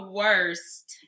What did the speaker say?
worst